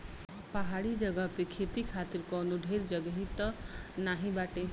पहाड़ी जगह पे खेती खातिर कवनो ढेर जगही त नाही बाटे